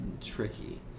tricky